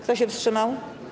Kto się wstrzymał?